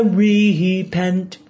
repent